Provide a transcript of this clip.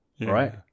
right